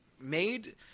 made